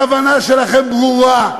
הכוונה שלכם ברורה.